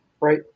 right